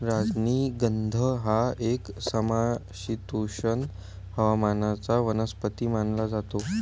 राजनिगंध हा एक समशीतोष्ण हवामानाचा वनस्पती मानला जातो